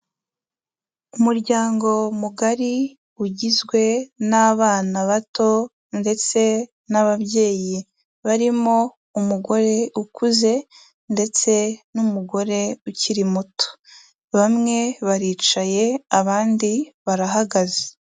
Umuryango mugari, ugizwe n'abana bato ndetse n'ababyeyi barimo umugore ukuze ndetse n'umugore ukiri muto. Bamwe baricaye, abandi barahagaze.